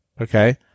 Okay